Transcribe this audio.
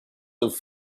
have